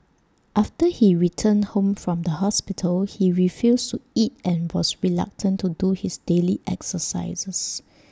after he returned home from the hospital he refused to eat and was reluctant to do his daily exercises